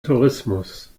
tourismus